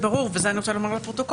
ואת זה אני רוצה לומר לפרוטוקול,